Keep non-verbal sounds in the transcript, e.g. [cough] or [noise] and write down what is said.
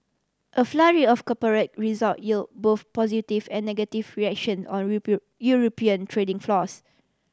a flurry of corporate result yield both positive and negative reaction on [unintelligible] European trading floors